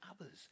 others